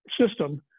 system